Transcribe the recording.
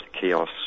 chaos